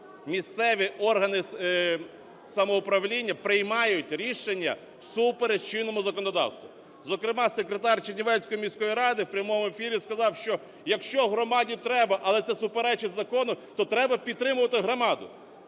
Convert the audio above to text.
місцеві органи самоуправління приймають рішення всупереч чинному законодавству. Зокрема, секретар Чернівецької міської ради в прямому ефірі сказав, що, якщо громаді треба, але це суперечить закону, то треба підтримувати громаду.